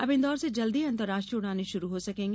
अब इन्दौर से जल्दी ही अंतराष्ट्रीय उड़ाने शुरू हो सकेंगी